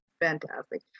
fantastic